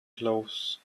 clothes